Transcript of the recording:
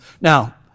Now